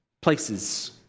places